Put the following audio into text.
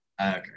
Okay